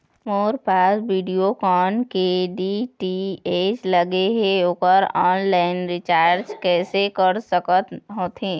मोर पास वीडियोकॉन के डी.टी.एच लगे हे, ओकर ऑनलाइन रिचार्ज कैसे कर सकत होथे?